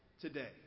today